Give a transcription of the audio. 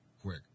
quick